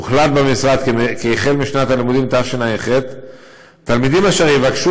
הוחלט במשרד כי משנת תשע"ח תלמידים אשר יבקשו